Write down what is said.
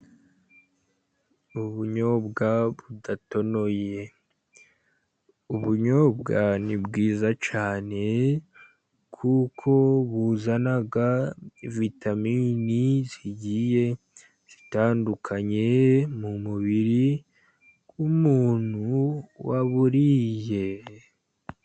Ubunyobwa budatonoye . Ubunyobwa , ni bwiza cyane, kuko buzana vitamini zigiye zitandukanye mu mubiri w'umuntu waburiye .